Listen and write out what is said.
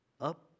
Up